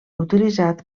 utilitzat